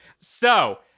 So-